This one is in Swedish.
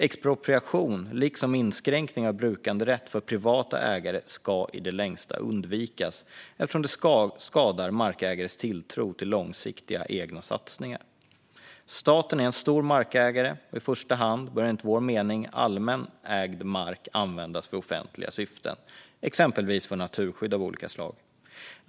Expropriation liksom inskränkningar av brukanderätt för privata ägare ska i det längsta undvikas, eftersom det skadar markägares tilltro till långsiktiga egna satsningar. Staten är en stor markägare. I första hand bör, enligt vår mening, allmänt ägd mark användas för offentliga syften, exempelvis naturskydd av olika slag.